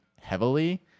heavily